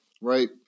right